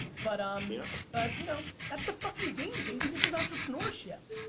but um you know but, you know, that's the fucking game baby. this is entrepreneurship.